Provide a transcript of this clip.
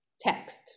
text